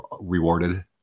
rewarded